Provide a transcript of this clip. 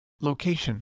Location